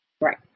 Right